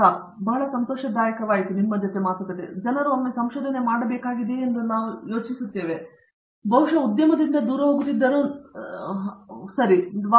ಪ್ರತಾಪ್ ಹರಿಡೋಸ್ ಸರಿ ಅದು ಬಹಳ ಸಂತೋಷದಾಯಕವಾಗಿದ್ದು ಜನರು ಒಮ್ಮೆ ಸಂಶೋಧನೆ ಮಾಡಬೇಕಾಗಿದೆಯೇ ಎಂದು ಯೋಚಿಸುತ್ತಿದ್ದೇನೆ ನೀವು ಬಹುಶಃ ಉದ್ಯಮದಿಂದ ದೂರ ಹೋಗುತ್ತಿದ್ದರೂ ನಾನು ಊಹಿಸುವುದಿಲ್ಲ